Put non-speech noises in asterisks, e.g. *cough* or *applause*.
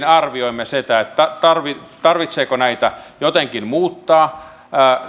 *unintelligible* arvioimme sitä tarvitseeko tarvitseeko näitä jotenkin muuttaa